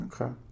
Okay